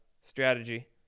strategy